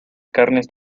carnes